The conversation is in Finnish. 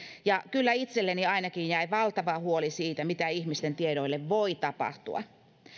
ja kyllä itselleni ainakin jäi valtava huoli siitä mitä ihmisten tiedoille voi tapahtua